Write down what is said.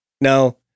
Now